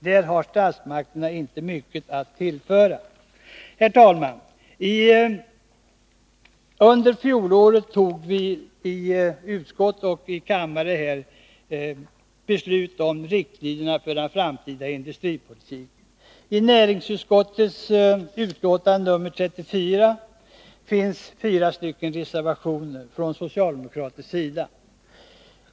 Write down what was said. Där har statsmakterna inte mycket att tillföra. Herr talman! Under fjolåret tog vi i utskottet och här i kammaren beslut om riktlinjerna för den framtida industripolitiken. Vid näringsutskottets betänkande nr 34 finns fogade fyra reservationer från socialdemokratins sida.